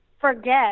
forget